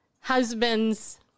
husband's